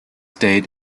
date